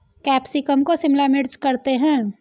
capsicum को शिमला मिर्च करते हैं